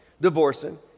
divorcing